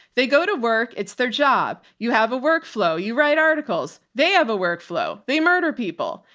they go to work. it's their job. you have a workflow, you write articles. they have a workflow, they murder people,